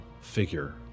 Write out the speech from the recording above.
figure